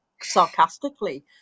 sarcastically